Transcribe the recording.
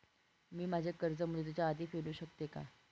मी माझे कर्ज मुदतीच्या आधी फेडू शकते का?